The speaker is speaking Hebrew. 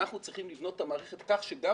אנחנו צריכים לבנות את המערכת כך שגם